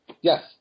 Yes